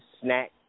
snack